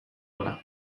ona